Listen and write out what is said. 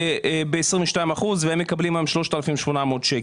העלאה של 22% והם מקבלים היום 3,800 שקלים.